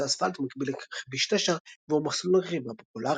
אספלט מקביל לכביש 9 והוא מסלול רכיבה פופולרי.